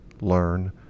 learn